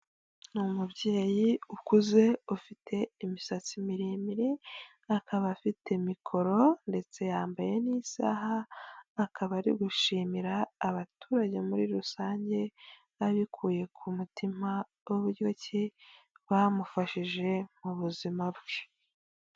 Ni umubyeyi ukuze ufite imisatsi miremire akaba afite mikoro ndetse yambaye n'isaha akaba ari gushimira abaturage muri rusange ba abikuye ku mutima ryo ki bamumufashije mu buzima bwe.